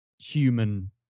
human